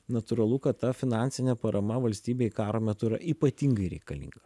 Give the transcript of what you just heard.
natūralu kad ta finansinė parama valstybei karo metu yra ypatingai reikalinga